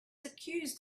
accused